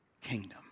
kingdom